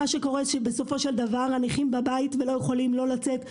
מה שקורה הוא שבסופו של דבר הנכים נשארים בבית ולא יכולים לצאת,